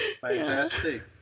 Fantastic